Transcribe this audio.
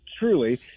truly